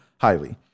highly